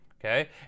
okay